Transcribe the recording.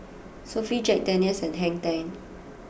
Sofy Jack Daniel's and Hang Ten